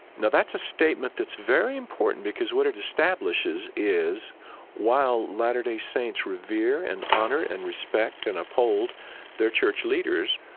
now, that's a statement that's very important, because what it establishes is while latter day saints revere and honor and respect and uphold their church leaders,